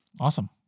Awesome